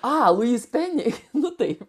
a louise penny nu taip